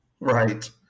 right